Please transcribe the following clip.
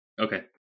Okay